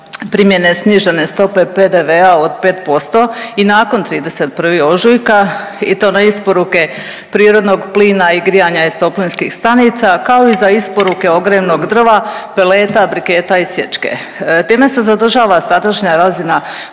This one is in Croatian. primjene snižene stope PDV-a od 5% i nakon 31. ožujka i to na isporuke prirodnog plina i grijanje iz toplinskih stanica kao i za isporuke ogrjevnog drva, peleta, briketa i sječke. Time se zadržava sadašnja razina